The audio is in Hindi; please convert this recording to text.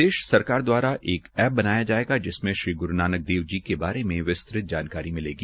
प्रदेश सरकार दवारा एक ऐप बनाया जायेगा जिसमें श्री ग्रू नानक देव जी के बारे विस्तृत जानकारी मिलेगी